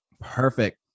Perfect